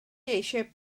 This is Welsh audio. eisiau